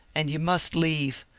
and you must leave.